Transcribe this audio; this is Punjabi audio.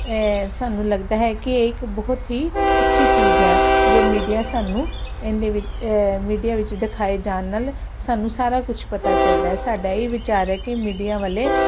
ਸਾਨੂੰ ਲੱਗਦਾ ਹੈ ਕਿ ਇੱਕ ਬਹੁਤ ਹੀ ਅੱਛੀ ਚੀਜ਼ ਹੈ ਜੋ ਮੀਡੀਆ ਸਾਨੂੰ ਇਹਦੇ ਵਿੱਚ ਮੀਡੀਆ ਵਿੱਚ ਦਿਖਾਏ ਜਾਣ ਨਾਲ ਸਾਰਾ ਕੁਝ ਪਤਾ ਚੱਲਦਾ ਸਾਡਾ ਇਹ ਵਿਚਾਰ ਹ ਕਿ ਮੀਡੀਆ ਵਾਲੇ